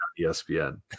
ESPN